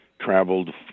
traveled